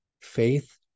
faith